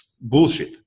bullshit